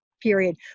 period